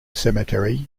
cemetery